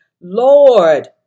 Lord